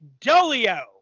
Dolio